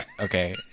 Okay